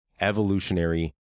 evolutionary